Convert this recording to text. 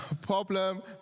Problem